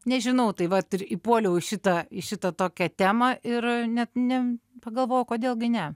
nežinau tai vat ir įpuoliau į šitą šitą tokią temą ir net ne pagalvojau kodėl gi ne